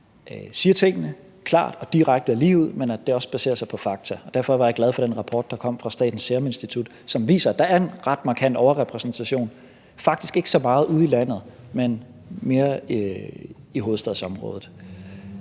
siger tingene klart, direkte og ligeud, men at det også baserer sig på fakta. Derfor var jeg glad for den rapport, der kom fra Statens Serum Institut, som viser, at der er en ret markant overrepræsentation, faktisk ikke så meget ude i landet, men mere i hovedstadsområdet.